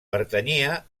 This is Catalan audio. pertanyia